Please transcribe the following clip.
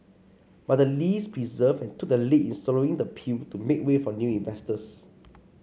but the lees persevered and took the lead in swallowing the pill to make way for new investors